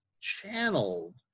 channeled